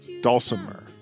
dulcimer